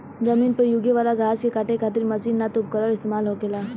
जमीन पर यूगे वाला घास के काटे खातिर मशीन ना त उपकरण इस्तेमाल होखेला